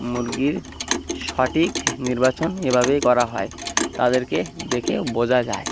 মুরগির সঠিক নির্বাচন এভাবেই করা হয় তাদেরকে দেখে বোঝা যায়